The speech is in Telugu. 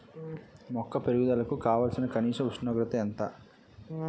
మొక్క పెరుగుదలకు కావాల్సిన కనీస ఉష్ణోగ్రత ఎంత?